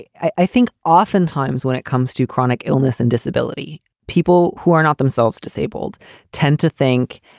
i think oftentimes when it comes to chronic illness and disability, people who are not themselves disabled tend to think